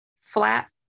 flat